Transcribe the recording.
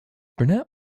burnett